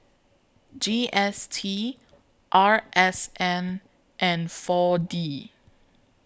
G S T R S N and four D